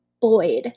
Boyd